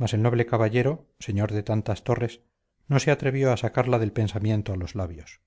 mas el noble caballero señor de tantas torres no se atrevió a sacarla del pensamiento a los labios